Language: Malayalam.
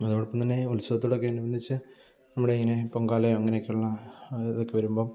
അതോടൊപ്പം തന്നെ ഉത്സവത്തോടൊക്കെ അനുബന്ധിച്ച് നമ്മുടെ ഇങ്ങനെ പൊങ്കാലയോ അങ്ങനെയൊക്കെയുള്ള അതൊക്കെ വരുമ്പം